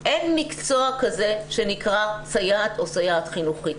אין מקצוע כזה שנקרא סייעת או סייעת חינוכית.